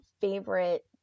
favorite